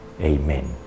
Amen